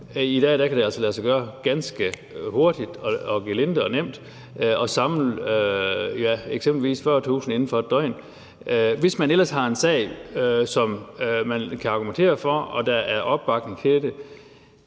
I dag kan det altså lade sig gøre ganske hurtigt, gelinde og nemt at samle eksempelvis 40.000 inden for 1 døgn, hvis man ellers har en sag, som man kan argumentere for og der er opbakning til.